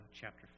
chapter